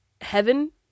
heaven